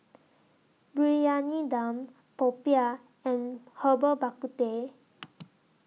Briyani Dum Popiah and Herbal Bak KuTeh